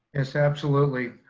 yes, absolutely.